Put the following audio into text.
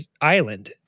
island